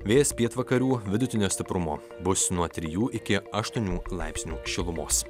vėjas pietvakarių vidutinio stiprumo bus nuo trijų iki aštuonių laipsnių šilumos